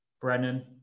Brennan